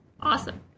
Awesome